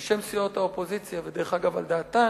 בשם סיעות האופוזיציה, ודרך אגב, על דעתן,